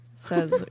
says